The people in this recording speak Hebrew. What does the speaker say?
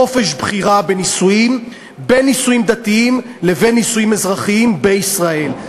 חופש בחירה בנישואים בין נישואים דתיים לבין נישואים אזרחיים בישראל.